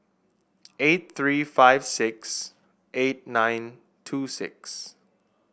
eight three five six eight nine two six